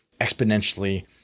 exponentially